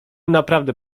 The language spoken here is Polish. naprawdę